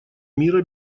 мира